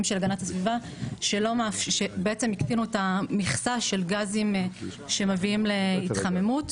של הגנת הסביבה שהקטינו את המכסה של גזים שמביאים להתחממות.